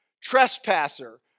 trespasser